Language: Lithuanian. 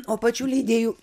o pačių leidėjų